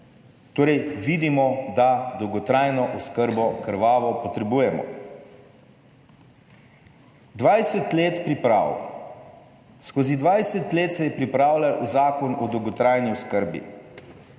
Torej vidimo, da dolgotrajno oskrbo krvavo potrebujemo. 20 let priprav, skozi 20 let se je pripravljal Zakon o dolgotrajni oskrbi,